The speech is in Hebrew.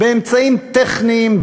באמצעים טכניים,